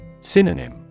Synonym